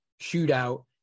shootout